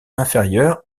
inférieure